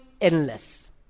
endless